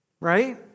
right